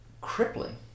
Crippling